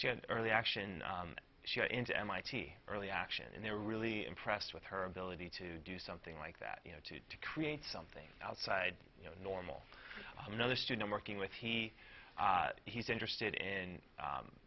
she had early action she got into mit early action and they're really impressed with her ability to do something like that you know to to create something outside you know normal another student working with he he's interested in